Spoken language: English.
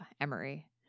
Emory